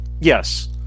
Yes